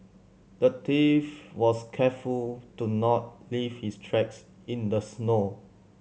the thief was careful to not leave his tracks in the snow